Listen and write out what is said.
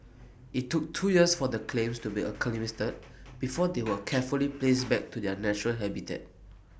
IT took two years for the clams to be acclimatised before they were carefully placed back to their natural habitat